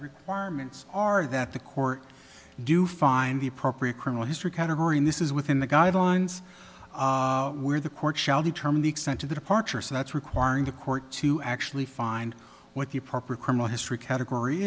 requirements are that the court do find the appropriate criminal history category and this is within the guidelines where the court shall determine the extent of the departure so that's requiring the court to actually find what the appropriate criminal history category